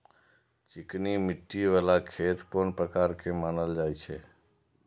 चिकनी मिट्टी बाला खेत कोन प्रकार के मानल जाय छै?